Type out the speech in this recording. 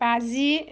बाजि